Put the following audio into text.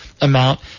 amount